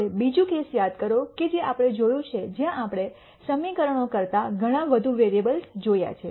હવે બીજું કેસ યાદ કરો જે આપણે જોયું છે જ્યાં આપણે સમીકરણો કરતા ઘણા વધુ વેરીએબ્લસ જોયા છે